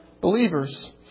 believers